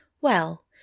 Well